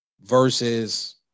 versus